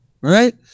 Right